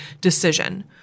decision